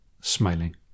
smiling